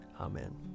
Amen